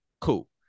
cool